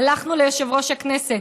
הלכנו ליושב-ראש הכנסת,